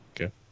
okay